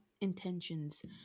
intentions